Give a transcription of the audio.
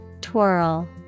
Twirl